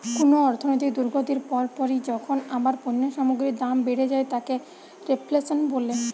কুনো অর্থনৈতিক দুর্গতির পর পরই যখন আবার পণ্য সামগ্রীর দাম বেড়ে যায় তাকে রেফ্ল্যাশন বলে